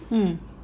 mm